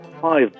five